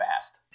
fast